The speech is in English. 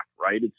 right